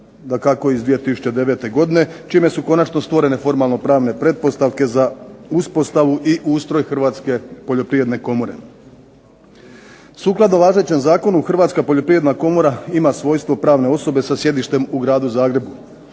ožujka iz 2009. godine čime su konačno stvoreno formalno pravne pretpostavke za uspostavu i ustroj Hrvatske poljoprivredne komore. Sukladno važećem Zakonu Hrvatska poljoprivredna komora ima svojstvo pravne osobe sa sjedištem u Gradu Zagrebu,